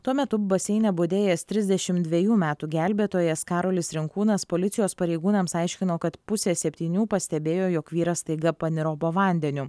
tuo metu baseine budėjęs trisdešimt dvejų metų gelbėtojas karolis rinkūnas policijos pareigūnams aiškino kad pusę septynių pastebėjo jog vyras staiga paniro po vandeniu